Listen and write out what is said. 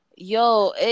Yo